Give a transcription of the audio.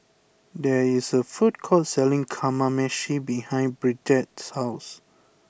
there is a food court selling Kamameshi behind Bridgette's house